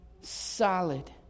solid